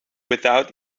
without